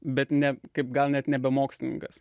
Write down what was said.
bet ne kaip gal net nebe mokslininkas